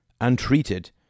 untreated